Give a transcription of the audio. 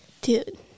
Dude